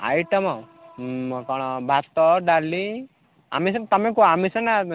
item କ'ଣ ଭାତ ଡାଲି ଆମେ ସେମିତି ତୁମେ କୁହ ଆମେ ସିନା